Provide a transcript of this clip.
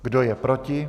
Kdo je proti?